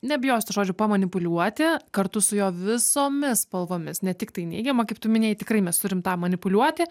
nebijosiu to žodžio pamanipuliuoti kartu su jo visomis spalvomis ne tiktai neigiamą kaip tu minėjai tikrai mes turim tą manipuliuoti